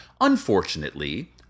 Unfortunately